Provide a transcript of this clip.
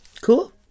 Cool